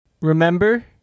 Remember